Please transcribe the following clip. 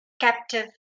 captive